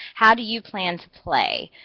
how do you plan to play.